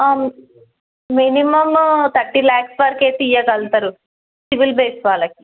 మి minimum thirty lakhs వరకు తీయగలుగుతారు civil base వాళ్ళకి